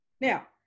Now